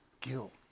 guilt